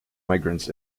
migrants